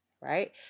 right